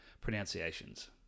pronunciations